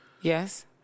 Yes